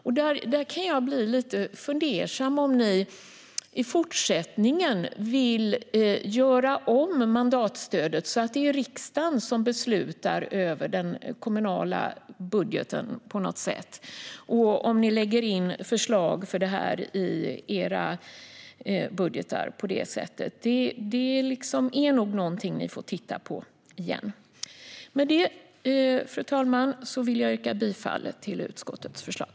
Jag kan bli lite fundersam om ni i fortsättningen vill göra om mandatstödet, så att det är riksdagen som på något sätt beslutar om den kommunala budgeten, och lägger in förslag om detta i era budgetar. Det är nog något ni får titta på igen. Med detta, fru talman, vill jag yrka bifall till utskottets förslag.